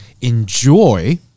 enjoy